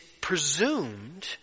presumed